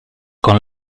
con